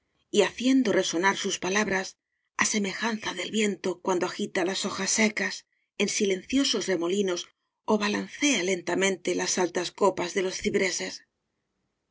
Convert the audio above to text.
y haciendo resonar sus palabras á semejanza del viento cuando agita las hojas secas en silenciosos remolinos ó balancea lentamente las altas copas de los cipreses